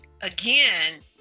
again